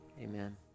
amen